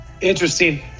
interesting